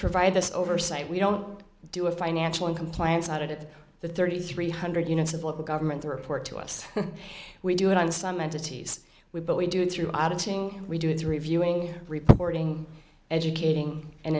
provide this oversight we don't do a financial in compliance out of it the thirty three hundred units of local government to report to us we do it on some entities we but we do it through auditing we do it's reviewing reporting educating and